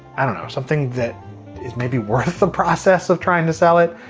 i don't know, something that is maybe worth the process of trying to sell it.